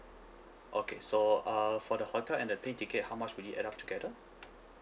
okay so uh for the hotel and the plane ticket how much would it add up together